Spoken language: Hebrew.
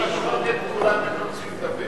תמחק את כולם, הם לא צריכים לדבר.